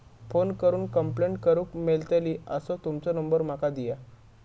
Phone करून complaint करूक मेलतली असो तुमचो नंबर माका दिया?